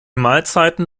mahlzeiten